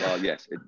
yes